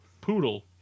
Poodle